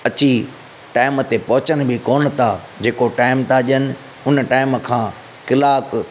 अची टाइम ते पहुचनि बि कोन्ह था जेको टाइम था ॾियनि उन टाइम खां कलाकु